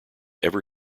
ever